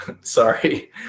sorry